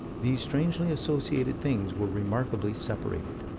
these strangely associated things were remarkably separated.